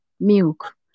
milk